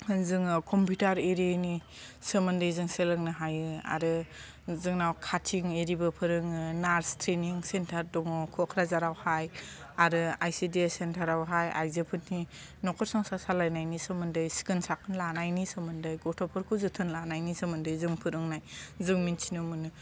जोङो कम्पिउटार एरिनि सोमोन्दै जों सोलोंनो हायो आरो जोंनाव काटिं एरिबो फोरोङो नार्स ट्रेनिं सेन्टार दङ क'क्राझारावहाय आरो आइ सि डि एस सेन्टारावहाय आइजोफोरनि न'खर संसार सालायनायनि सोमोन्दै सिखोन साखोन लानायनि सोमोन्दै गथ'फोरखौ जोथोन लानायनि सोमोन्दै जों फोरोंनाय जों मिन्थिनो मोनो